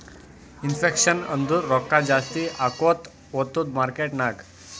inflation ಅಂದುರ್ ರೊಕ್ಕಾ ಜಾಸ್ತಿ ಆಕೋತಾ ಹೊತ್ತುದ್ ಮಾರ್ಕೆಟ್ ನಾಗ್